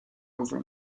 over